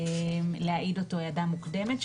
להעיד אותו העדה מוקדמת,